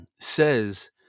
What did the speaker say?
says